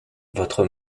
votre